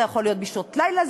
זה יכול להיות בשעות הלילה,